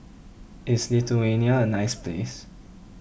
is Lithuania a nice place